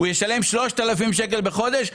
הוא ישלם 3,000 שקלים בחודש?